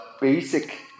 basic